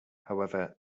however